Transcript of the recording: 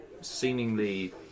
seemingly